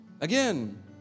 Again